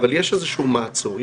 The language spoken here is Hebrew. יש איזשהו מעצור,